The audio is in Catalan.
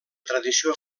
tradició